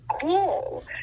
cool